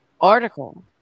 article